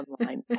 Online